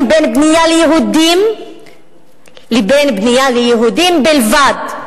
בין בנייה ליהודים לבין בנייה ליהודים בלבד?